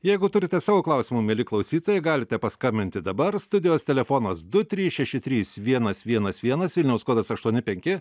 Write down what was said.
jeigu turite savo klausimų mieli klausytojai galite paskambinti dabar studijos telefonas du trys šeši trys vienas vienas vienas vilniaus kodas aštuoni penki